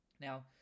now